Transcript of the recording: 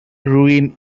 ruin